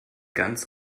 ganz